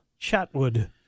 Chatwood